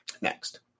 Next